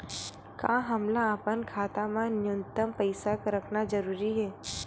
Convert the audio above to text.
का हमला अपन खाता मा न्यूनतम पईसा रखना जरूरी हे?